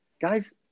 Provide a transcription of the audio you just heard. guys